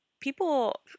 people